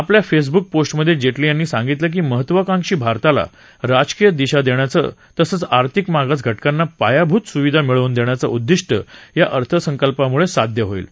आपल्या फेसबूक पोस्टमधे जेटली यांनी सांगितलं की महत्त्वाकांक्षी भारताला राजकीय दिशा देण्याचं तसंच आर्थिक मागास घटकांना पायाभूत सुविधा मिळवून देण्याचं उद्दिष्ट या अर्थसंकल्पामुळे साध्य होईल